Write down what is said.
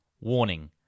Warning